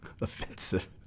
offensive